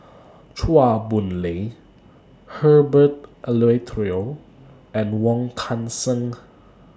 Chua Boon Lay Herbert Eleuterio and Wong Kan Seng